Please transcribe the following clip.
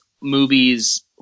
movies